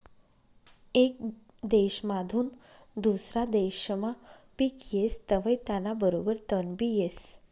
येक देसमाधून दुसरा देसमा पिक येस तवंय त्याना बरोबर तणबी येस